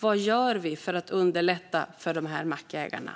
Vad gör vi för att underlätta för dessa mackägare?